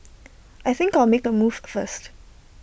I think I'll make A move first